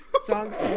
songs